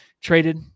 traded